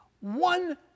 one